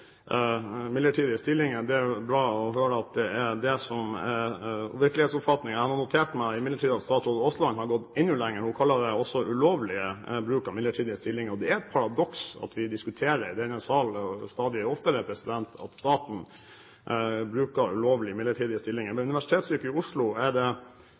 bra å høre at det er det som er virkelighetsoppfatningen. Jeg har nå imidlertid notert meg at statsråd Aasland har gått enda lenger; hun kaller det også ulovlig bruk av midlertidige stillinger. Det er et paradoks at vi stadig oftere diskuterer i denne sal at staten bruker ulovlige midlertidige stillinger. Blant medlemmene i Forskerforbundet ved Universitetet i Oslo er det